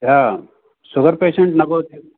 हा sugar patient न भवति